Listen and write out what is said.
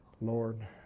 Lord